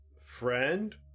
friend